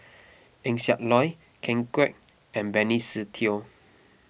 Eng Siak Loy Ken Kwek and Benny Se Teo